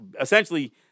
essentially